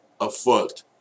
afoot